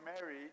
married